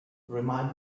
remind